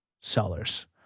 sellers